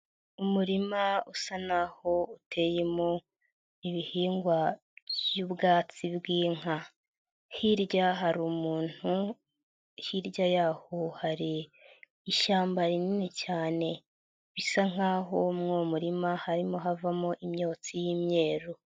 Umurima usa naho uteye mu ibihingwa by'ubwatsi bw'inka, hirya hari umuntu, hirya y'aho hari ishyamba rinini cyane bisa nkaho mwo murima harimo havamo imyotsi y'imyeru.